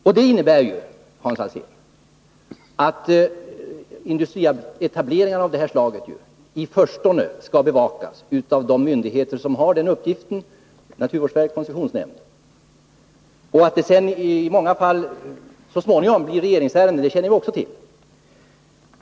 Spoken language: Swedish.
Och det innebär ju, Hans Alsén, att industrietableringar av det här slaget i förstone skall bevakas av de myndigheter som har den uppgiften, bl.a. koncessionsnämnden och naturvårdsverket. Att det sedan i många fall så småningom blir regeringsärenden känner vi också till.